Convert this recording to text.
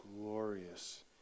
glorious